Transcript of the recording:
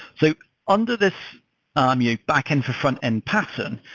so under this um yeah backend for frontend pattern,